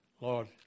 Lord